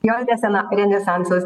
jo nesena renesansas